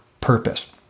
purpose